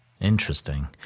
Interesting